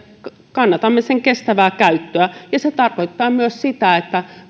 kannatamme sen kestävää käyttöä se tarkoittaa myös sitä että